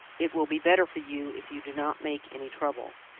it will be better for you if you do not make any trouble.